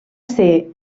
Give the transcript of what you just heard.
ser